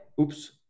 Oops